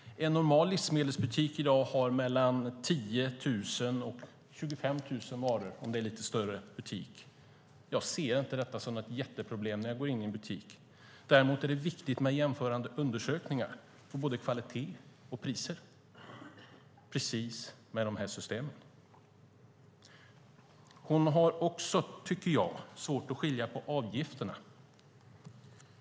En normal livsmedelsbutik har i dag 10 000-25 000 varor om det är en lite större butik. Jag ser inte detta som någon jätteproblem när jag går in i en butik. Däremot är det viktigt med jämförande undersökningar om både kvalitet och priser, precis som med dessa system. Jag tycker också att hon har svårt att skilja på avgifterna.